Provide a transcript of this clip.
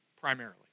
primarily